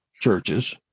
churches